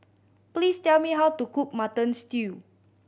please tell me how to cook Mutton Stew